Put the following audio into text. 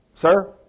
Sir